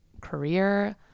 career